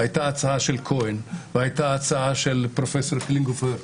הייתה הצעה של כהן והייתה הצעה של פרופ' קלינגהופר,